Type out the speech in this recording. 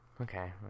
Okay